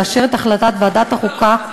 לאשר את החלטת ועדת החוקה,